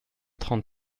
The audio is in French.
trente